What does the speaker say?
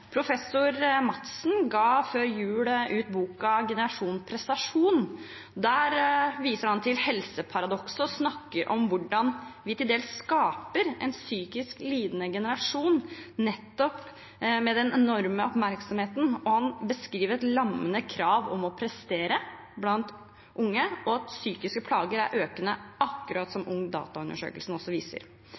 Professor Madsen ga før jul ut boken «Generasjon prestasjon». Der viser han til helseparadokset og snakker om hvordan vi til dels skaper en psykisk lidende generasjon nettopp med den enorme oppmerksomheten. Han beskriver et lammende krav blant unge om å prestere og sier at psykiske plager er økende – akkurat som også Ungdata-undersøkelsen viser.